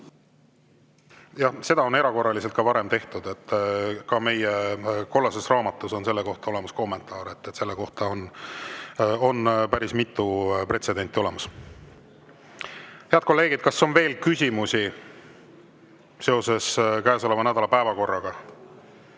Jah, seda on erakorraliselt ka varem tehtud. Ka meie kollases raamatus on selle kohta kommentaar olemas. Selle kohta on päris mitu pretsedenti. Head kolleegid, kas on veel küsimusi seoses käesoleva nädala päevakorraga?